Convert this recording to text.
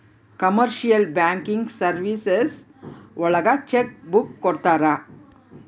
commercial banking services ಒಳಗ cheque book ಕೊಡ್ತಾರ